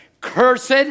Cursed